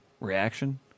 reaction